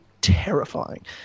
terrifying